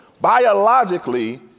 biologically